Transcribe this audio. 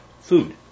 food